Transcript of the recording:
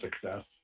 success